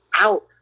out